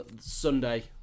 Sunday